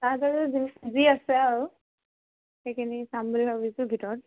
তাত আৰু যি আছে আৰু সেইখিনি চাম বুলি ভাবিছোঁ ভিতৰত